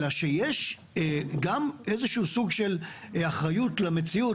יש איזשהו סוג של אחריות למציאות.